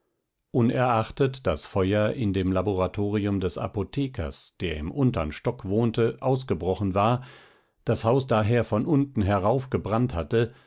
unerachtet das feuer in dem laboratorium des apothekers der im untern stocke wohnte ausgebrochen war das haus daher von unten herauf gebrannt hatte